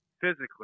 physically